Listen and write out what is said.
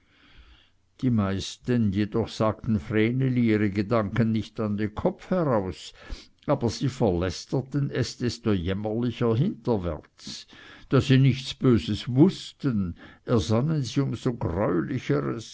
die meisten jedoch sagten vreneli ihre gedanken nicht an den kopf heraus aber sie verlästerten es desto jämmerlicher hinterwärts da sie nichts böses wußten ersannen sie um